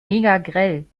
megagrell